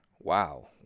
Wow